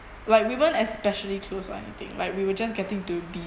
like we weren't especially close or anything like we were just getting to be